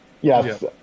Yes